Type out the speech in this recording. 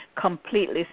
completely